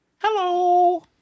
Hello